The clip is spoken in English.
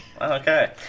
okay